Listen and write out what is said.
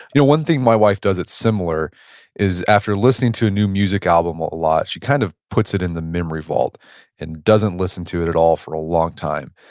you know, one thing my wife does that's similar is after listening to a new music album a lot, she kind of puts it in the memory vault and doesn't listen to it at all for a long time.